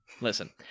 listen